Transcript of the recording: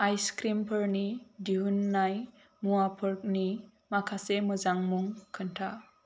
आइसक्रिमफोरनि दिहुननाय मुवाफोरनि माखासे मोजां मुं खोन्था